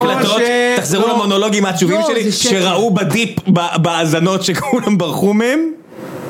קלטות, תחזרו למונולוגים העצובים שלי, שראו בדיפ בהאזנות שכולם ברחו מהם